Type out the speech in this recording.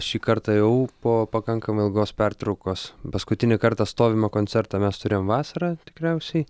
šį kartą jau po pakankamai ilgos pertraukos paskutinį kartą stovimą koncertą mes turėjom vasarą tikriausiai